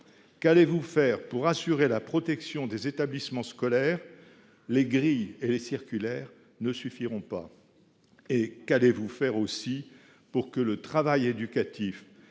qu’allez vous faire, pour assurer la protection des établissements scolaires ? Les grilles et les circulaires ne suffiront pas ! Deuxièmement, qu’allez vous faire pour que le travail éducatif